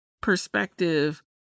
perspective